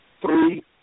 Three